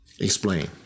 Explain